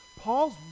Paul's